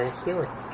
healing